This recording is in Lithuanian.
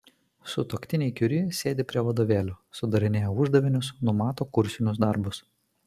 sutuoktiniai kiuri sėdi prie vadovėlių sudarinėja uždavinius numato kursinius darbus